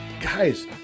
guys